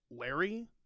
Larry